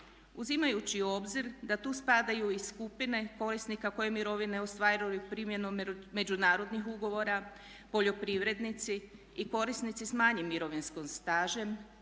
Uzimajući u obzir da tu spadaju i skupine korisnika koji mirovine ostvaruju primjenom međunarodnih ugovora, poljoprivrednici i korisnici s manjim mirovinskim stažem